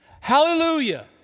hallelujah